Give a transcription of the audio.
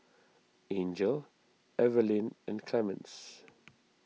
Angel Evaline and Clemens